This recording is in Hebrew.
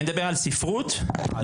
אני מדבר על ספרות לבגרות,